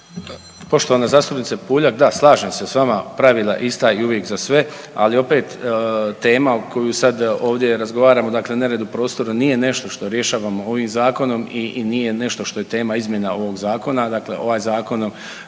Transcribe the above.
Poštovana zastupnice Puljak, da slažem se s vama, pravila ista i uvijek za sve, ali opet tema o kojoj sad ovdje razgovaramo dakle nered u prostoru nije nešto što rješavamo ovim zakonom i nije nešto što je tema izmjena ovog zakona. Dakle, ovaj zakonom